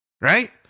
Right